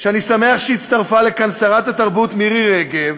ואני שמח שהצטרפה לכאן שרת התרבות מירי רגב,